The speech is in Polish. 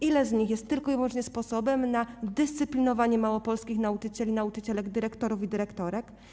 Ile z nich jest tylko i wyłącznie sposobem na dyscyplinowanie małopolskich nauczycieli i nauczycielek, dyrektorów i dyrektorek?